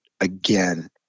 again